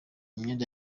imyenda